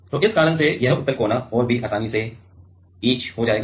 तो इस कारण से यह उत्तल कोना और भी आसानी से इचिंग हो जाएगा